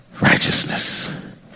righteousness